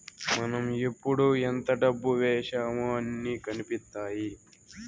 మనం ఎప్పుడు ఎంత డబ్బు వేశామో అన్ని కనిపిత్తాయి